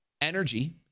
energy